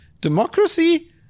Democracy